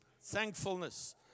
Thankfulness